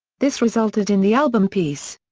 this resulted in the album peace.